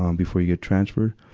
um before you get transferred.